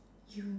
you